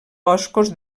boscos